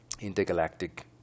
intergalactic